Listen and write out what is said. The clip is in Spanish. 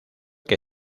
que